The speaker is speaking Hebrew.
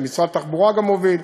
שמשרד התחבורה גם מוביל,